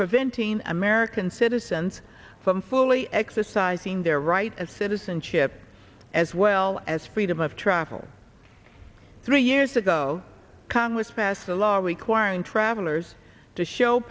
preventing american citizens from fully exercising their rights as citizenship as well as freedom of travel three years ago congress passed a law requiring travelers to show